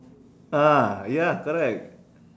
ah ya correct